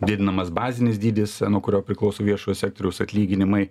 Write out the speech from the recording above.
didinamas bazinis dydis nuo kurio priklauso viešojo sektoriaus atlyginimai